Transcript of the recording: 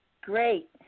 Great